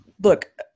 look